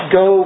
go